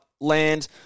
Land